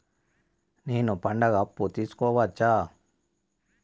నేను పండుగ అప్పు తీసుకోవచ్చా?